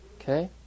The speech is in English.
Okay